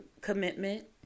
Commitment